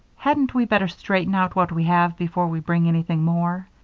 hadn't we better straighten out what we have before we bring anything more?